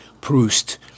Proust